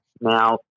now